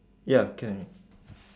ya can already